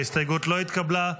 ההסתייגות לא התקבלה.